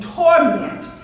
torment